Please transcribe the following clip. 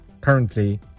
currently